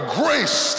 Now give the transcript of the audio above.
grace